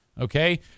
okay